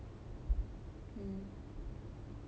mm